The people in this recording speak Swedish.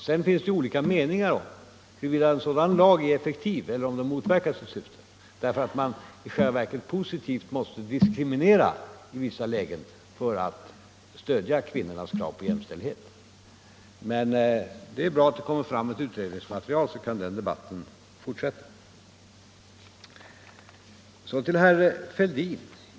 Sedan finns det olika meningar om huruvida en sådan lag är effektiv eller om den motverkar sitt syfte. I vissa lägen måste man nämligen positivt diskriminera för att stödja kvinnans krav på jämställdhet. Det är dock bra att det kommer fram ett utredningsmaterial för den fortsatta debatten.